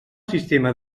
sistema